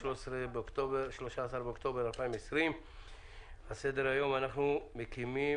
13 באוקטובר 2020. על סדר היום: אנחנו מקימים